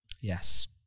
Yes